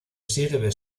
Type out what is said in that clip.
sirve